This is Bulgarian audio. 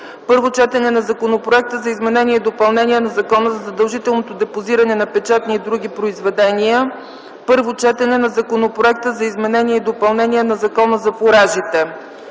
Първо четене на Законопроекта за изменение и допълнение на Закона за задължителното депозиране на печатни и други произведения. Първо четене на Законопроекта за изменение и допълнение на Закона за фуражите.